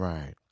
Right